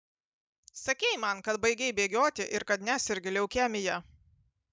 sakei man kad baigei bėgioti ir kad nesergi leukemija